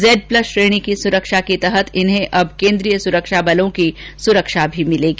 Z plus श्रेणी की सुरक्षा के तहत इन्हें अब केन्द्रीय सुरक्षा बलों की सुरक्षा भी मिलेगी